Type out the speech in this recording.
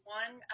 one